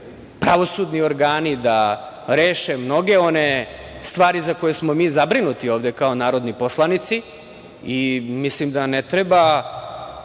pravosudni organi da reše mnoge one stvari za koje smo mi zabrinuti ovde kao narodni poslanici. Mislim da ne treba